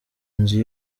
nzu